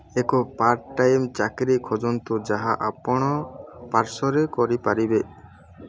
ଏକ part time ଚାକିରି ଖୋଜନ୍ତୁ ଯାହା ଆପଣ ପାର୍ଶ୍ୱରେ କରିପାରିବେ